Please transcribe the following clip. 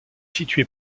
située